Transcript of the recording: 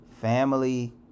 family